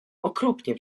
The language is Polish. okropnie